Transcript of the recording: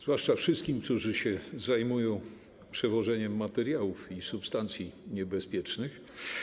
Zwłaszcza wszystkim, którzy się zajmują przewożeniem materiałów i substancji niebezpiecznych.